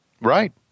Right